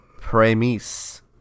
premise